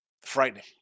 Frightening